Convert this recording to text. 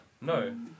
No